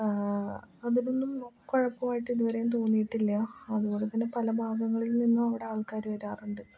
അതിനൊന്നും കുഴപ്പമായിട്ടിതുവരെയും തോന്നിയിട്ടില്ല അതുപോലെ തന്നെ പല ഭാഗങ്ങളിൽ നിന്നവിടെ ആൾക്കാർ വരാറുണ്ട്